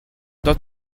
dans